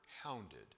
hounded